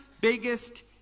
biggest